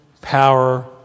power